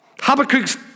Habakkuk's